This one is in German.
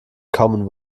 common